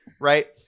right